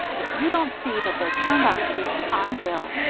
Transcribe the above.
if you don't see that they're turned out, james, i will.